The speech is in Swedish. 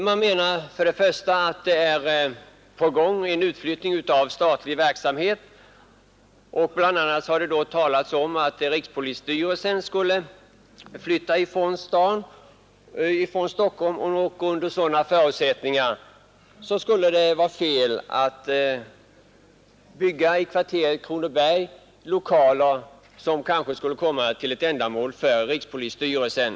De hänvisar till att en utflyttning av statlig verksamhet pågår och att rikspolisstyrelsen kan bli aktuell i dette sammanhang. Det skulle då vara fel att i kvarteret Kronoberg bygga lokaler för rikspolisstyrelsen.